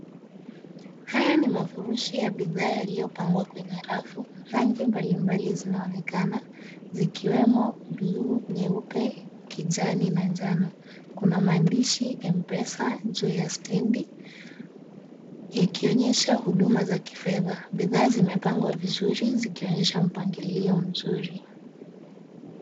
Haya ni mafurushi ya bidhaa yaliyopangwa kwenye rafu, rangi mbalimbali zinaonekana zikiwemo bluu, nyeupe, kijani na njano. Kuna maandishi M-Pesa juu ya stendi yakionyesha huduma za kifedha. Bidhaa zimepangwa vizuri zikionyesha mpangilio mzuri.